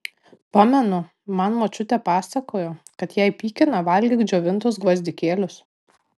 pamenu man močiutė pasakojo kad jei pykina valgyk džiovintus gvazdikėlius